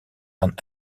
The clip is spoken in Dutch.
dan